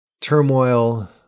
turmoil